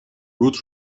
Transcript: روت